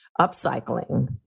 upcycling